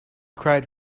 cried